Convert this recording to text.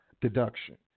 deduction